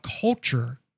culture